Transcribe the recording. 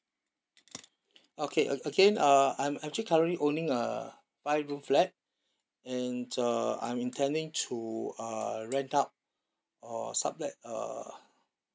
okay uh again uh I'm actually currently owning a five room flat and uh I'm intending to uh rent out or sublet uh